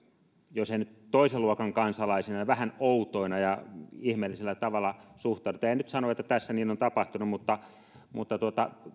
jo toisen luokan kansalaisina ja vähän outoina ja ihmeellisellä tavalla suhtaudutaan en nyt sano että tässä niin on tapahtunut mutta mutta